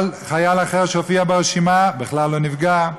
חייל אחר שהופיע ברשימה בכלל לא נפגע.